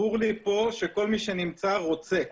ברור לי שכל מי שנמצא פה, רוצה.